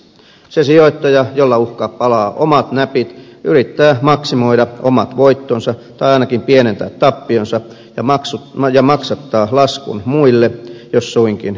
se sijoittaja jolla uhkaa palaa omat näpit yrittää maksimoida omat voittonsa tai ainakin pienentää tappionsa ja maksattaa laskun muilla jos suinkin pystyy